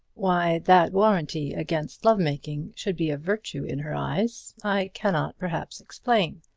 why that warranty against love-making should be a virtue in her eyes i cannot, perhaps, explain.